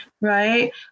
right